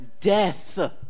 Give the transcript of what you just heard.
Death